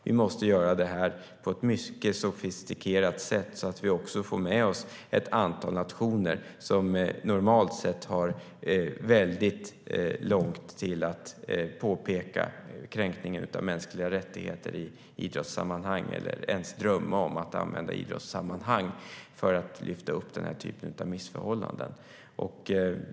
Vi måste göra detta på ett mycket sofistikerat sätt så att vi också får med oss ett antal nationer som normalt sett har väldigt långt till att ta upp kränkningar av mänskliga rättigheter i idrottssammanhang eller som normalt sett inte drömmer om att använda sig av idrottssammanhang för att lyfta fram den här typen av missförhållanden.